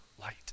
light